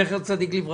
זכר צדיק לברכה,